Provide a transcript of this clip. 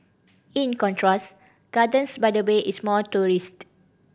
in contrast Gardens by the Bay is more tourist